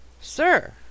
Sir